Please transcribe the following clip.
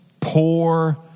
poor